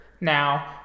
now